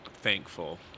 thankful